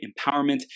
empowerment